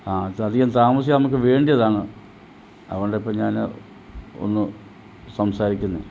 ആ അത് അധികം താമസിയാതെ നമുക്ക് വേണ്ടതാണ് അതുകൊണ്ട് ഇപ്പം ഞാൻ ഒന്നു സംസാരിക്കുന്നത്